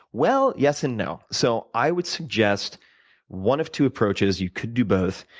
well, yes and no. so i would suggest one of two approaches you could do both.